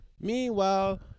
meanwhile